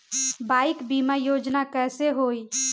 Bike बीमा योजना कैसे होई?